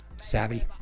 Savvy